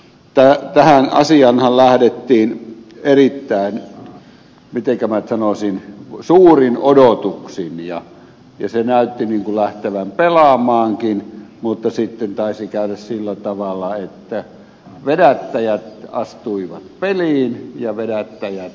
tähän asiaanhan lähdettiin erittäin mitenkä minä nyt sanoisin suurin odotuksin ja se näytti lähtevän pelaamaankin mutta sitten taisi käydä sillä tavalla että vedättäjät astuivat peliin ja vedättäjät pilasivat koko jutun